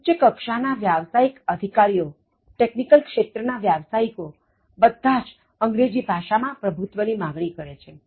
ઉચ્ચકક્ષા ના વ્યાવસાયિક અધિકારીઓ ટેકનિકલ ક્ષેત્રના વ્યાવસાયિકો બધા જ અંગ્રેજી ભાષા માં પ્રભુત્વ ની માગણી કરે છે